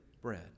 bread